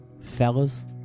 fellas